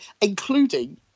including